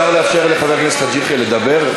אפשר לאפשר לחבר הכנסת חאג' יחיא לדבר?